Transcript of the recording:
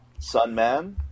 Sunman